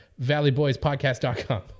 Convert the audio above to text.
valleyboyspodcast.com